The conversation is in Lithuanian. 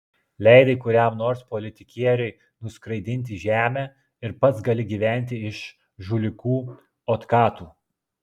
leidai kuriam nors politikieriui nuskraidinti žemę ir pats gali gyventi iš žulikų otkatų